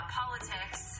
politics